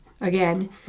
again